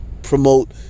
promote